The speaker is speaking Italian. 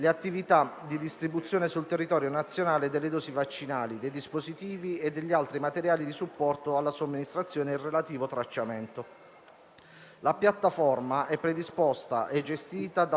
La piattaforma è predisposta e gestita dal Commissario straordinario per l'attuazione del coordinamento delle misure occorrenti per il contenimento e il contrasto dell'emergenza epidemiologica Covid-19, il quale,